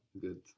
Good